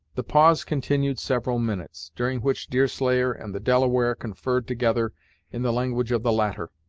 the pause continued several minutes, during which deerslayer and the delaware conferred together in the language of the latter.